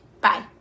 Bye